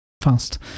fast